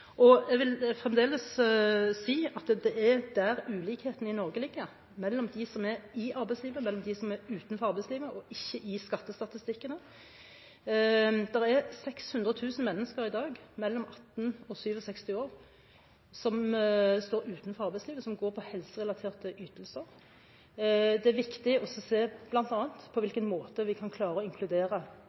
arbeidslivet. Jeg vil fremdeles si at det er der ulikhetene i Norge ligger, mellom dem som er i arbeidslivet og dem som er utenfor – ikke i skattestatistikkene. Det er 600 000 mennesker i dag mellom 18 og 67 år, som står utenfor arbeidslivet, som lever av helserelaterte ytelser. Det er viktig å se bl.a. på hvilken måte vi kan klare å inkludere